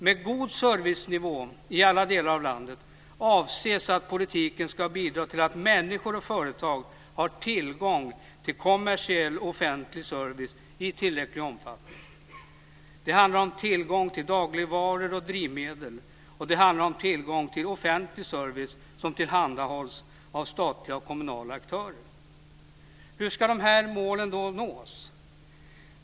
Med "god servicenivå" i alla delar av landet avses att politiken ska bidra till att människor att företag har tillgång till kommersiell offentlig service i tillräcklig omfattning. Det handlar om tillgång till dagligvaror och drivmedel. Det handlar om tillgång till offentlig service som tillhandahålls av statliga och kommunala aktörer. Hur ska då de här målen nås?